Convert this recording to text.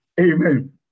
Amen